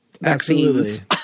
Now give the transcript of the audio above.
vaccines